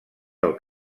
del